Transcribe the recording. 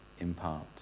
impart